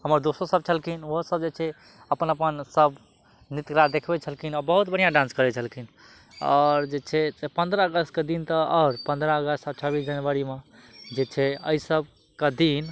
हमर दोस्तो सब छलखिन ओहो सब जे छै अपन अपन सब नृत्यकला देखबय छलखिन आओर बहुत बढ़िआँ डांस करय छलखिन आओर जे छै से पन्द्रह अगस्तके दिन तऽ आओर पन्द्रह अगस्त आओर छब्बीस जनवरीमे जे छै अइ सबके दिन